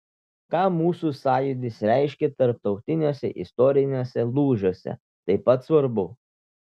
ką mūsų sąjūdis reiškė tarptautiniuose istoriniuose lūžiuose taip pat svarbu